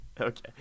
Okay